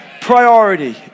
priority